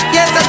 Yes